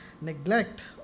neglect